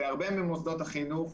בהרבה מוסדות חינוך,